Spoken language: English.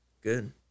Good